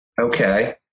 Okay